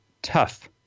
tough